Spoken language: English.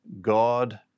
God